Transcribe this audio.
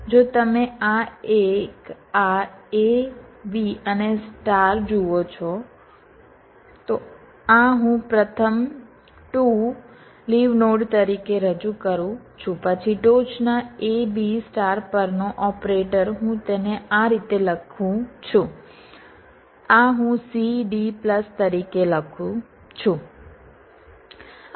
જો તમે આ એક આ A B અને સ્ટાર જુઓ છો તો આ હું પ્રથમ 2 લીવ નોડ તરીકે રજૂ કરું છું પછી ટોચના A B સ્ટાર પરનો ઓપરેટર હું તેને આ રીતે લખું છું આ હું C D પ્લસ તરીકે લખું છું